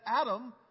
Adam